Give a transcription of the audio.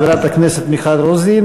חברת הכנסת מיכל רוזין,